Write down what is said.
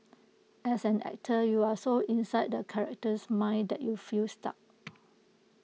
as an actor you are so inside the character's mind that you feel stuck